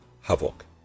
havoc